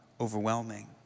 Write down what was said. overwhelming